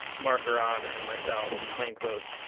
and marker on and myself in plain clothes,